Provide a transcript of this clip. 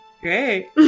Great